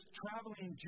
traveling